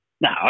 No